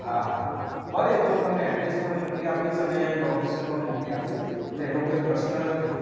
હા હા ભલે એ તો હું તમને એડ્રેસ પણ મોકલી આપીશ અને લોકેશન પણ મોકલી આપીશ એટલે એનો કોઈ પ્રશ્ન નથી